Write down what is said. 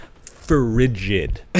frigid